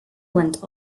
went